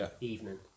evening